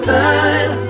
time